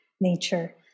nature